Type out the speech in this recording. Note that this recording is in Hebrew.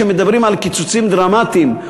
כשמדברים על קיצוצים דרמטיים,